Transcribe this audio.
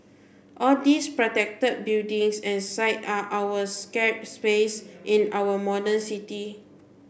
all these protected buildings and sites are our sacred spaces in our modern city